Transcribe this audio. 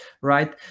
right